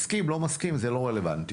מסכים לא מסכים זה לא רלבנטי.